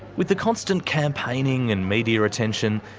with the constant campaigning and media attention,